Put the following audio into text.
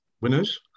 winners